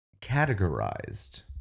categorized